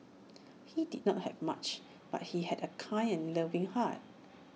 he did not have much but he had A kind and loving heart